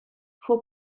for